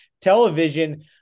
Television